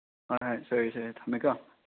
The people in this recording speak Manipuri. ꯍꯣꯏ ꯍꯣꯏ ꯁꯣꯏꯔꯣꯏ ꯁꯣꯏꯔꯣꯏ ꯊꯝꯃꯦꯀꯣ